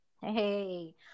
Hey